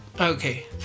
Okay